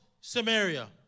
Samaria